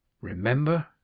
remember